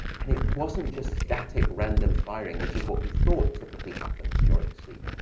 and it wasn't just static random firing, which is what we thought typically happens during sleep.